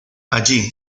allí